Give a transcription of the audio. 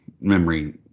memory